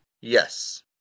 Yes